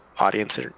audience